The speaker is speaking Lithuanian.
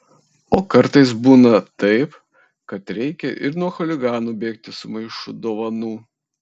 o kartais būna taip kad reikia ir nuo chuliganų bėgti su maišu dovanų